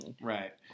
Right